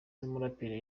n’umuraperi